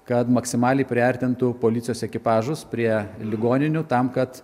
kad maksimaliai priartintų policijos ekipažus prie ligoninių tam kad